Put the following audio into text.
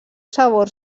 sabor